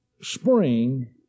spring